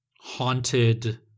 haunted